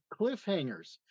cliffhangers